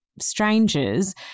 strangers